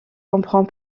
comprend